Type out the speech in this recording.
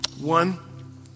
One